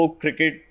cricket